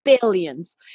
billions